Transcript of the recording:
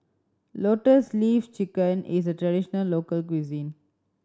Lotus Leaf Chicken is a traditional local cuisine